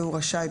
והוא רשאי,